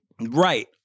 Right